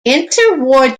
interwar